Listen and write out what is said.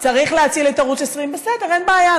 צריך להציל את ערוץ 20 בסדר, אין בעיה.